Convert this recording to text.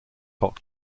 hoc